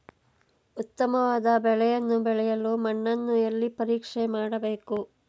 ಉತ್ತಮವಾದ ಬೆಳೆಯನ್ನು ಬೆಳೆಯಲು ಮಣ್ಣನ್ನು ಎಲ್ಲಿ ಪರೀಕ್ಷೆ ಮಾಡಬೇಕು?